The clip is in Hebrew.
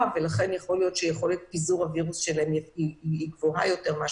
ולכן יכול להיות שיכולת פיזור הווירוס שלהם היא גבוהה יותר.